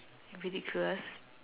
ridiculous